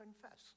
confess